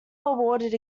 awarded